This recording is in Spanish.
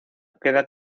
queda